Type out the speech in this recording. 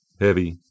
heavy